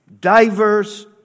Diverse